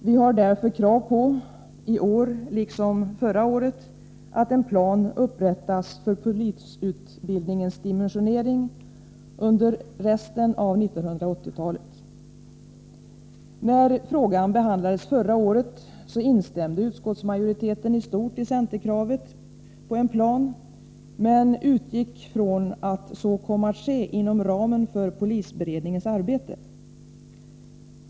Vi har därför krav på —i år liksom förra året — att en plan upprättas för polisutbildningens dimensionering under resten av 1980-talet. När frågan behandlades förra året instämde utskottsmajoriteten i stort i centerkravet på en plan, men utgick från att frågan skulle lösas inom ramen för polisberedningens arbete.